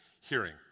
hearing